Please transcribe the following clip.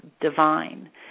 divine